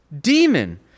demon